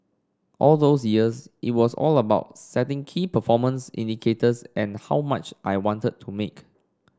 all those years it was all about setting key performance indicators and how much I wanted to make